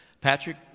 Patrick